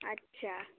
আচ্ছা